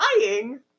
dying